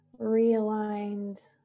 realigned